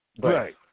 Right